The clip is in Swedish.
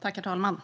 Herr talman!